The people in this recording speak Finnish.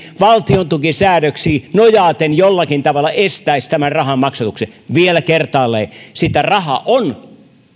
valtiontukisäädöksiin nojaten jollakin tavalla voisi estää tämän rahan maksatuksen vielä kertaalleen sitä rahaa on